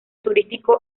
turístico